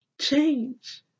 Change